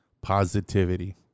positivity